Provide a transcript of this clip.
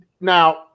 now